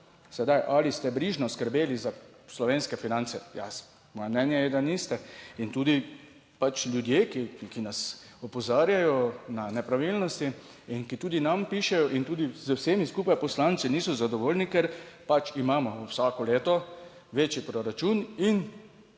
ali ste brižno skrbeli za slovenske finance, jaz, moje mnenje je, da niste in tudi pač ljudje, ki nas opozarjajo na nepravilnosti in ki tudi nam pišejo in tudi z vsemi skupaj poslanci niso zadovoljni, ker pač imamo vsako leto večji proračun in